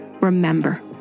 Remember